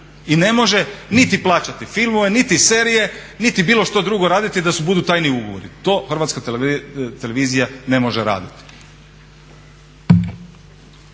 i ne može niti plaćati filmove niti serije niti bilo što drugo raditi da budu tajni ugovori. To HRT ne može raditi.